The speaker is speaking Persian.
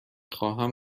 خواهم